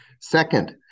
Second